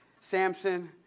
Samson